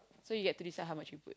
so you get to decide how much you put